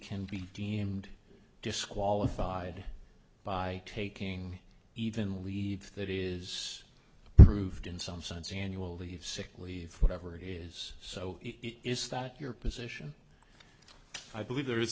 can be deemed disqualified by taking even leads that is proved in some sense annual leave sick leave whatever it is so it is that your position i believe there is